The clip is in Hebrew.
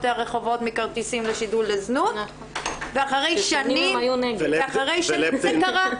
את הרחובות מכרטיסים לשידול לזנות ואחרי שנים זה קרה.